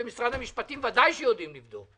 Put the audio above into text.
במשרד המשפטים ודאי שיודעים לבדוק.